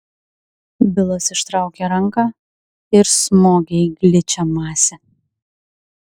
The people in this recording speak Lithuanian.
bilas ištraukė ranką ir smogė į gličią masę